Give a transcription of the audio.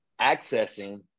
accessing